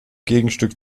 gegenstück